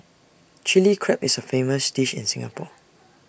Chilli Crab is A famous dish in Singapore